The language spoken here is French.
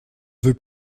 veux